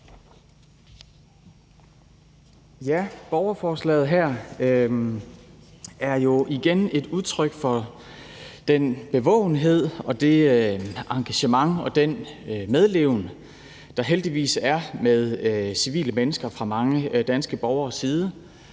(S): Borgerforslaget her er igen et udtryk for den bevågenhed, det engagement og den indlevelse, der heldigvis fra mange danske borgeres side